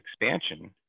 expansion